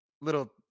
little